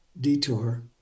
detour